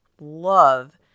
love